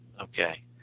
Okay